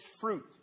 fruit